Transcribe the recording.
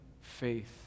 faith